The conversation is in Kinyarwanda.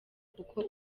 kuko